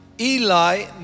Eli